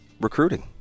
recruiting